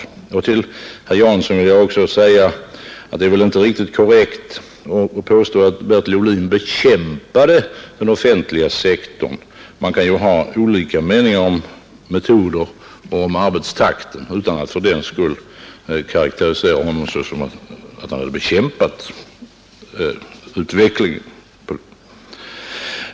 Till herr Jansson vill jag också säga att det är väl inte riktigt korrekt att påstå att Bertil Ohlin bekämpade den offentliga sektorn. Man kan ju ha olika meningar om metoder och arbetstakt utan att fördenskull säga att Bertil Ohlin bekämpat utvecklingen.